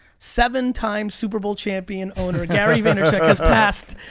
seven-time superbowl champion owner gary vaynerchuk has passed,